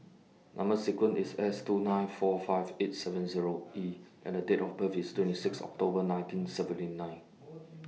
Number sequence IS S two nine four five eight seven Zero E and A Date of birth IS twenty six October nineteen seventy nine